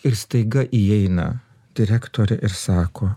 ir staiga įeina direktorė ir sako